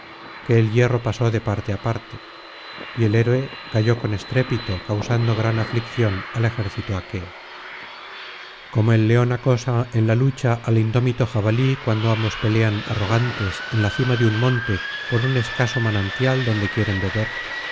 que el hierro pasó de parte á parte y el héroe cayó con estrépito causando gran aflicción al ejército aqueo como el león acosa en la lucha al indómito jabalí cuando ambos pelean arrogantes en la cima de un monte por un escaso manantial donde quieren beber